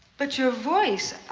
but your voice.